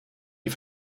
die